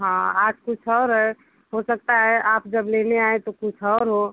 हाँ आज कुछ और है हो सकता है आप जब लेने आएँ तो कुछ और हो